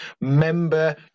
member